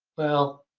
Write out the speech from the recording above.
well,